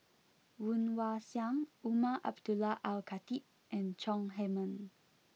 Woon Wah Siang Umar Abdullah Al Khatib and Chong Heman